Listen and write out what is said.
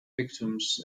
victims